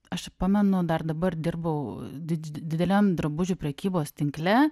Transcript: aš pamenu dar dabar dirbau di dideliam drabužių prekybos tinkle